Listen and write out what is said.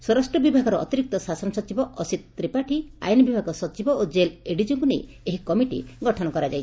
ସ୍ୱରାଷ୍ଟ୍ର ବିଭାଗର ଅତିରିକ୍ତ ଶାସନ ସଚିବ ଅସିତ୍ ତ୍ରିପାଠୀ ଆଇନ୍ ବିଭାଗ ସଚିବ ଓ ଜେଲ୍ ଏଡିଜିଙ୍କୁ ନେଇ ଏହି କମିଟି ଗଠନ କରାଯାଇଛି